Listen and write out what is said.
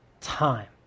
Time